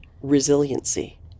resiliency